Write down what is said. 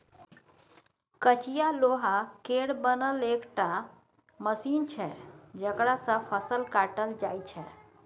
कचिया लोहा केर बनल एकटा मशीन छै जकरा सँ फसल काटल जाइ छै